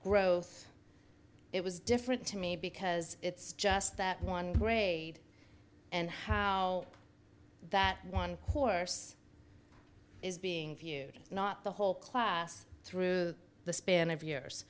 h it was different to me because it's just that one grade and how that one course is being viewed not the whole class through the span of years